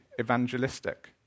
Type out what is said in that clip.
evangelistic